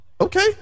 Okay